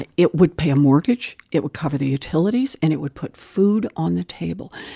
it it would pay a mortgage. it would cover the utilities. and it would put food on the table.